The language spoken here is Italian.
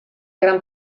gran